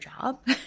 job